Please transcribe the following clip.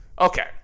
Okay